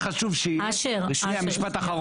אשר, אשר.